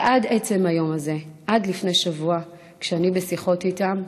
ועד עצם היום הזה, לפני שבוע, כשאני בשיחות איתם,